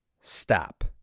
Stop